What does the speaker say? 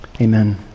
amen